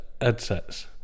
headsets